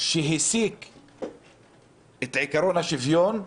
שהסיק את עקרון השוויון,